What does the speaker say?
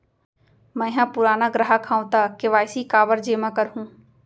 मैं ह पुराना ग्राहक हव त के.वाई.सी काबर जेमा करहुं?